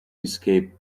escape